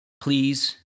please